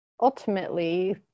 ultimately